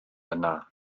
yna